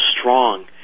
strong